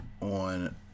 on